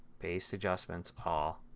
paste adjustments, all,